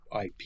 IP